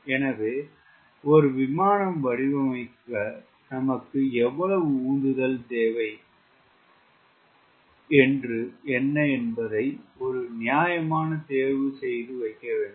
எனவே ஒரு விமானம் வடிவமைக்க நமக்கு எவ்வளவு உந்துதல் தேவை என்ன என்பதை ஒரு நியாயமான தேர்வு செய்ய வேண்டும்